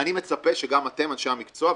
ואני מצפה שגם אתם אנשי המקצוע,